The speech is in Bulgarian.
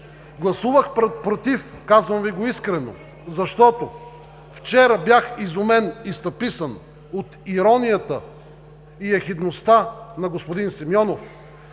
Гласувах „против“, казвам Ви го искрено, защото вчера бях изумен и стъписан от иронията и ехидността на господин Симеонов